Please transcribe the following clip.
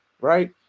right